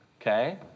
okay